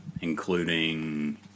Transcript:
including